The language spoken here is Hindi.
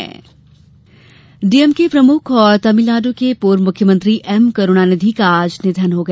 करूणानिधि निधन डीएमके प्रमुख और तमिलनाडू के पूर्व मुख्यमंत्री एम करूणानिधि का आज निधन हो गया